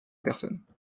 personnes